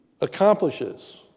accomplishes